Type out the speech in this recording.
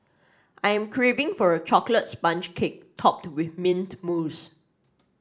I am craving for a chocolate sponge cake topped with mint mousse